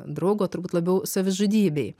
draugo turbūt labiau savižudybei